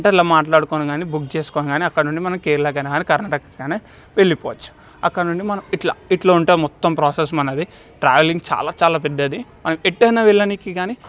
అంటే అట్లా మాట్లాడుకొని కాని బుక్ చేసుకొని కాని అక్కడి నుండి మనం కేరళకు కాని కర్ణాటకకు కాని వెళ్ళిపోవచ్చు అక్కడి నుండి మనం ఇట్లా ఇట్లా ఉంటుంది మొత్తం ప్రోసెస్ మనది ట్రావెలింగ్ చాలా చాలా పెద్దది ఎట్టయినా వెళ్ళనికి కాని